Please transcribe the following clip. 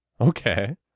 Okay